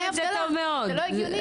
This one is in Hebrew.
זה לא הגיוני.